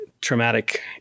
traumatic